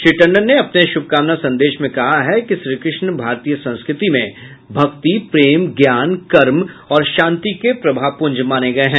श्री टंडन ने अपने शुभकामना संदेश में कहा है कि श्रीकृष्ण भारतीय संस्कृति में भक्ति प्रेम ज्ञान कर्म और शांति के प्रभापुंज माने गए हैं